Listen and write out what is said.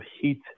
heat